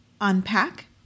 unpack